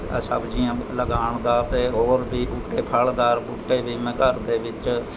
ਸਬਜ਼ੀਆਂ ਲਗਾਉਣ ਦਾ ਅਤੇ ਹੋਰ ਵੀ ਬੂਟੇ ਫ਼ਲਦਾਰ ਬੂਟੇ ਵੀ ਮੈਂ ਘਰ ਦੇ ਵਿੱਚ